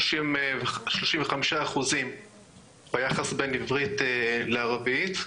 35% בערך ביחס בין עברית לערבית.